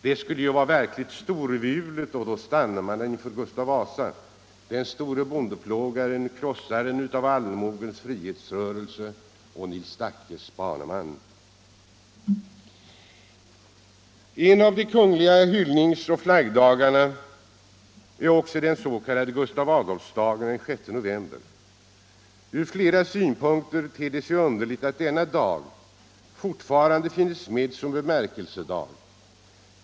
Det skulle vara någonting verkligt storvulet, och då stannade man inför Gustav Vasa, den store bondeplågaren, krossaren av allmogens frihetsrörelse och Nils Dackes baneman. En annan av de stora kungliga hyllningsoch flaggdagarna är den s.k. Gustav Adolfsdagen den 6 november. Ur flera synpunkter ter det sig underligt att denna dag fortfarande är upptagen som bemärkelsedag.